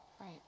right